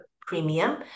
premium